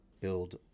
build